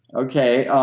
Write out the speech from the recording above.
okay.